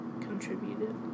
Contributed